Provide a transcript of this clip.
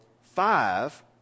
five